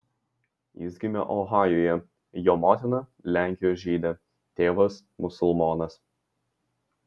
jis gimė ohajuje jo motina lenkijos žydė tėvas musulmonas